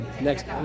next